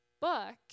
book